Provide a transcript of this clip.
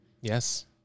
yes